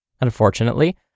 Unfortunately